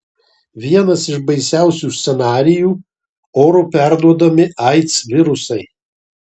vienas iš baisiausių scenarijų oru perduodami aids virusai